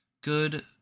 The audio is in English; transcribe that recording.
Good